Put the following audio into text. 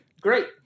great